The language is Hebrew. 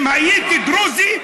אם הייתי דרוזי,